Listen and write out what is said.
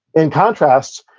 in contrast,